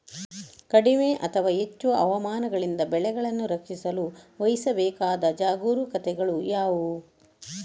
ಕಡಿಮೆ ಅಥವಾ ಹೆಚ್ಚು ಹವಾಮಾನಗಳಿಂದ ಬೆಳೆಗಳನ್ನು ರಕ್ಷಿಸಲು ವಹಿಸಬೇಕಾದ ಜಾಗರೂಕತೆಗಳು ಯಾವುವು?